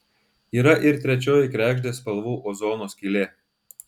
yra ir trečioji kregždės spalvų ozono skylė